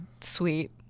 sweet